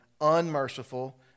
unmerciful